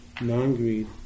non-greed